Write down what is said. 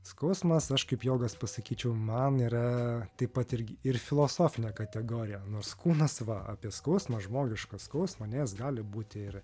skausmas aš kaip jogas pasakyčiau man yra taip pat irgi ir filosofinė kategorija nors kūnas va apie skausmą žmogišką skausmą ane jis gali būti ir